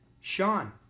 Sean